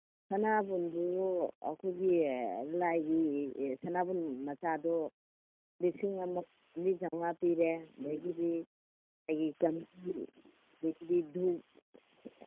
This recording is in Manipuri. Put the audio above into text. ꯁꯅꯥꯕꯨꯟꯗꯨ ꯑꯈꯣꯏꯒꯤ ꯂꯥꯏꯒꯤ ꯁꯅꯥꯕꯨꯟ ꯃꯆꯥꯗꯣ ꯂꯤꯁꯤꯡ ꯑꯃ ꯆꯥꯝꯔꯤ ꯆꯧꯉ꯭ꯋꯥ ꯄꯤꯔꯦ ꯑꯗꯒꯤꯗꯤ ꯑꯗꯒꯤꯗꯤ ꯙꯨꯛ